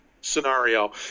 Scenario